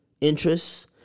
interests